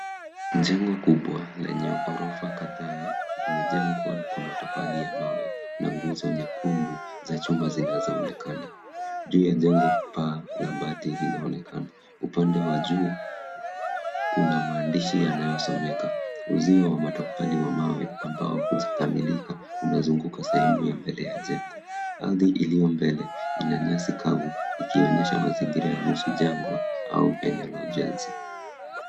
Jengo kubwa lenye gorofa kadhaa limejengwa kwa matofali ya mawe na nguzo nyekundu za chuma zinazoonekana. Juu ya jengo, paa la bati linaonekana. Upande wa juu, kuna maandishi yanayosomeka. Uzio wa matofali wa mawe ambao hujakamilika umezunguka sehemu ya mbele ya jengo. Ardhi iliyo mbele ina nyasi kavu ikionyesha mazingira ya nusu jangwa au eneo la ujenzi.